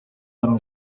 eram